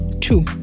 Two